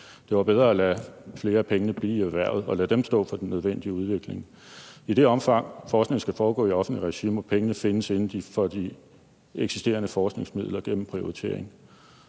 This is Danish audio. Det var bedre at lade flere af pengene blive i erhvervet og lade dem stå for den nødvendige udvikling. I det omfang, forskningen skal foregå i offentligt regi, må pengene findes inden for de eksisterende forskningsmidler gennem prioritering.